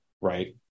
right